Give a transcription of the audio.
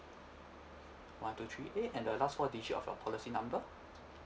one two three eh and the last four digit of your policy number